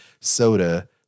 soda